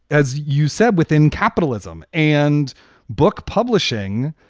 as you said, within capitalism and book publishing,